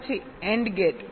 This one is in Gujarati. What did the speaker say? પછી AND ગેટ